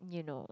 you know